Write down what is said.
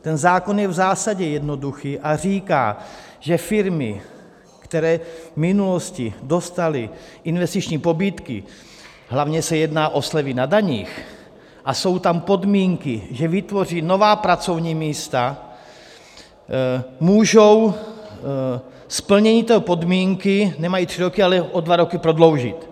Ten zákon je v zásadě jednoduchý a říká, že firmy, které v minulosti dostaly investiční pobídky, hlavně se jedná o slevy na daních, a jsou tam podmínky, že vytvoří nová pracovní místa, můžou splnění té podmínky, nemají tři roky, ale o dva roky prodloužit.